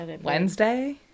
Wednesday